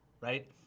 right